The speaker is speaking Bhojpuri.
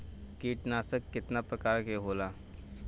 कीटनाशक केतना प्रकार के होला?